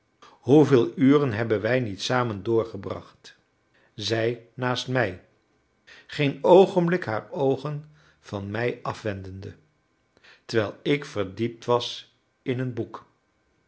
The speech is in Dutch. hoeveel uren hebben wij niet samen doorgebracht zij naast mij geen oogenblik haar oogen van mij afwendende terwijl ik verdiept was in een boek